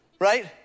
Right